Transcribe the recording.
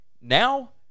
Now